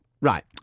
Right